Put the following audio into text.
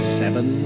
seven